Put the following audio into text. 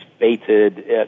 fated